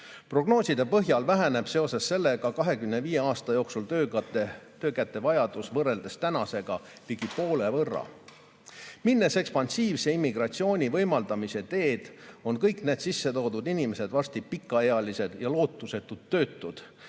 Prognooside põhjal väheneb seoses sellega 25 aasta jooksul töökäte vajadus võrreldes tänasega ligi poole võrra. Kui läheme ekspansiivse immigratsiooni võimaldamise teed, on kõik need sissetoodud inimesed varsti pikaealised ja lootusetud töötud,